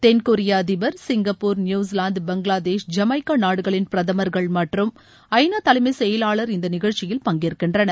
தென்கொரிய அதிபர் Singapore New Zealand Bangladesh Jamaica நாடுகளின் பிரதமர்கள் மற்றும் ஐநா தலைமைச் செயலாளர் இந்த நிகழ்ச்சியில் பங்கேற்கின்றனர்